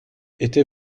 était